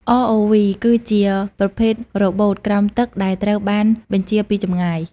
ROV គឺជាប្រភេទរ៉ូបូតក្រោមទឹកដែលត្រូវបានបញ្ជាពីចម្ងាយ។